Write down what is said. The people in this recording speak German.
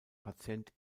patient